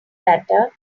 data